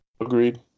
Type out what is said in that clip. Agreed